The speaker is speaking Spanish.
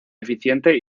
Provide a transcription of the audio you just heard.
eficiente